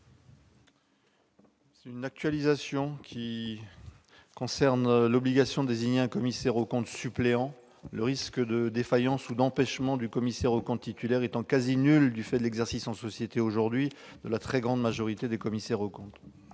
de la proposition de loi concernant l'obligation de désigner un commissaire aux comptes suppléant, le risque de défaillance ou d'empêchement du commissaire aux comptes titulaire étant quasi nul du fait de l'exercice en société aujourd'hui de la très grande majorité des commissaires aux comptes.